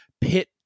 pit